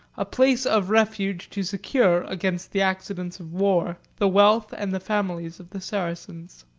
a place of refuge to secure, against the accidents of war, the wealth and the families of the saracens.